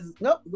Nope